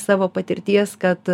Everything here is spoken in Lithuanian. savo patirties kad